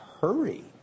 hurry